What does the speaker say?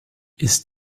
ist